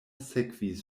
sekvis